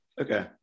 Okay